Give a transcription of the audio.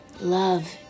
Love